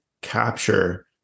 capture